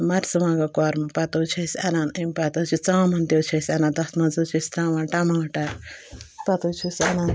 مَرژٕوانٛگَن کۄرمہٕ پَتہٕ حظ چھِ أسۍ اَنان امہِ پَتہٕ حظ چھِ ژامَن تہِ حظ چھِ أسۍ اَنان تَتھ منٛز حظ چھِ أسۍ ترٛاوان ٹماٹر پَتہٕ حظ چھِ أسۍ اَنان